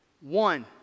One